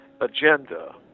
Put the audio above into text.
agenda